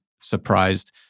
surprised